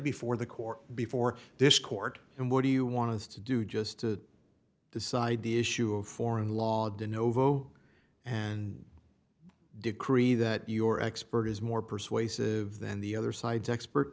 before the court before this court and what do you want to do just to decide the issue of foreign logged in novo and decree that your expert is more persuasive than the other side's expert